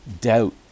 doubt